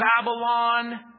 Babylon